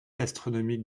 astronomique